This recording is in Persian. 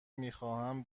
میخواهم